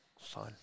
Fun